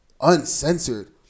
Uncensored